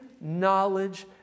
knowledge